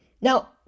Now